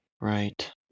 Right